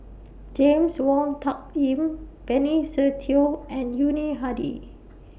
James Wong Tuck Yim Benny Se Teo and Yuni Hadi